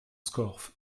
scorff